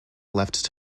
left